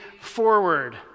forward